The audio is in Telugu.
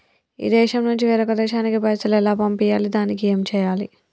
ఈ దేశం నుంచి వేరొక దేశానికి పైసలు ఎలా పంపియ్యాలి? దానికి ఏం చేయాలి?